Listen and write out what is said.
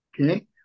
okay